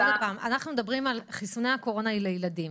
עוד הפעם: אנחנו מדברים על חיסוני הקורונה לילדים.